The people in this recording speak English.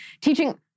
teaching